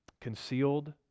concealed